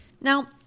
Now